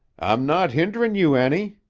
i'm not hinderin' you any,